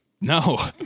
No